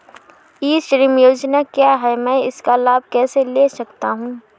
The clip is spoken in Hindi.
ई श्रम योजना क्या है मैं इसका लाभ कैसे ले सकता हूँ?